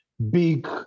Big